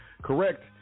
Correct